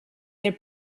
their